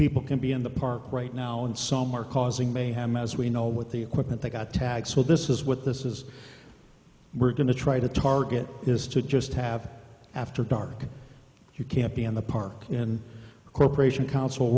people can be in the park right now and some are causing mayhem as we know with the equipment they got tagged so this is what this is we're going to try to target is to just have after dark you can't be on the park and cooperation council